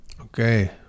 Okay